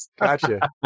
Gotcha